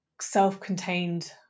self-contained